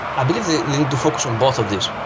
i believe that we need to focus on both of these.